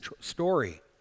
story